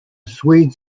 swedes